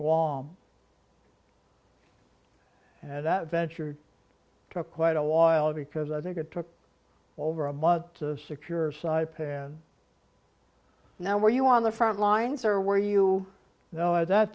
guam and that venture took quite a while because i think it took over a month to secure site pan now were you on the frontlines or were you know at that